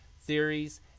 theories